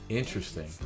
interesting